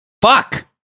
Fuck